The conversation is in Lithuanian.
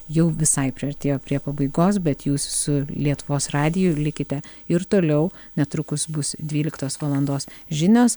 jau visai priartėjo prie pabaigos bet jūs su lietuvos radiju likite ir toliau netrukus bus dvyliktos valandos žinios